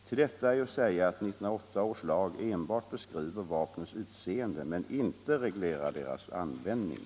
Till detta är att säga att 1908 års lag enbart beskriver vapnens utseende men inte reglerar deras användning.